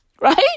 Right